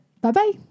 Bye-bye